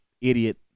idiot